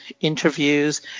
interviews